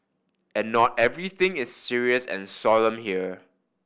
and not everything is serious and solemn here